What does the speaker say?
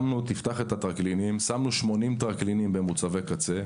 שמנו 80 טרקלינים במוצבי קצה.